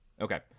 Okay